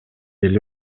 эле